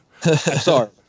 Sorry